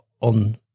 on